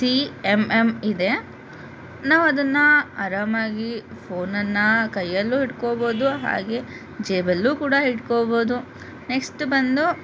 C M M ಇದೆ ನಾವು ಅದನ್ನು ಆರಾಮಾಗಿ ಫೋನನ್ನು ಕೈಯಲ್ಲು ಇಟ್ಟುಕೋಬೋದು ಹಾಗೆ ಜೇಬಲ್ಲು ಕೂಡ ಇಟ್ಟುಕೋಬೋದು ನೆಕ್ಸ್ಟ್ ಬಂದು